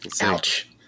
Ouch